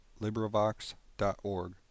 LibriVox.org